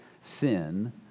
sin